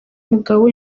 mugabo